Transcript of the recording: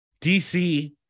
dc